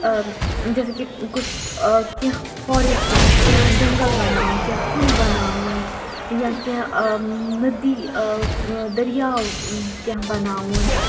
جیسے کہِ کُچھ آ کیٚنٛہہ فاریٚسٹ کیٚنٛہہ جنٛگَل بَناوٕنۍ کیٚنٛہہ کُلۍ بَناوٕنۍ یا کینٛہہ نٔدی دٔریاو کیٚنٛہہ بَناوُن